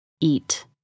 eat